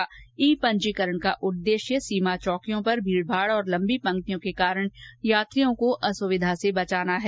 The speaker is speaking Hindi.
ई पंजीकरण का उद्देश्य सीमा चौकियों पर भीड़भाड़ और लंबी पंक्तियों के कारण यात्रियों को असुविधा से बचाना है